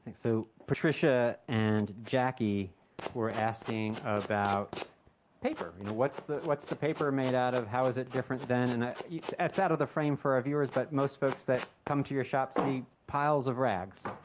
so patricia and jackie were asking about paper. what's the what's the paper made out of? how is it different than, and it's it's out of the frame for our viewers, but most folks that come to your shop see piles of rags.